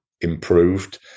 improved